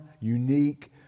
unique